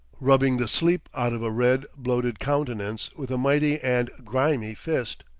rubbing the sleep out of a red, bloated countenance with a mighty and grimy fist.